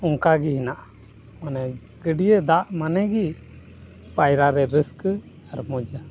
ᱚᱱᱠᱟ ᱜᱮ ᱦᱮᱱᱟᱜᱼᱟ ᱢᱟᱱᱮ ᱜᱟᱹᱰᱭᱟᱹ ᱫᱟᱜ ᱢᱮᱱᱮ ᱜᱮ ᱯᱟᱭᱨᱟ ᱨᱮ ᱨᱟᱹᱥᱠᱟᱹ ᱟᱨ ᱢᱚᱡᱟ